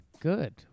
Good